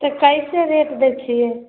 तऽ कइसे रेट दै छिए